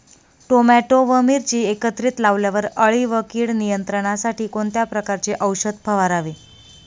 Tomato व मिरची एकत्रित लावल्यावर अळी व कीड नियंत्रणासाठी कोणत्या प्रकारचे औषध फवारावे?